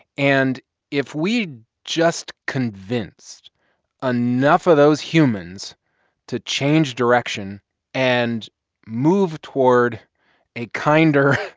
and if we just convinced enough of those humans to change direction and move toward a kinder,